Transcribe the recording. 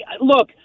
look